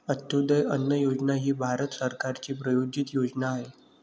अंत्योदय अन्न योजना ही भारत सरकारची प्रायोजित योजना आहे